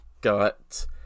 got